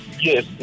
yes